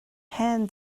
hen